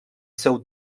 seu